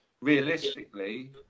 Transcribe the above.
realistically